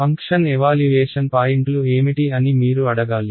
function evaluation పాయింట్లు ఏమిటి అని మీరు అడగాలి